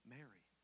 Mary